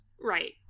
Right